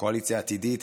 הקואליציה העתידית,